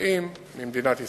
ממדינת ישראל.